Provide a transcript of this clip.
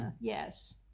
Yes